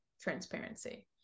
transparency